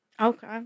Okay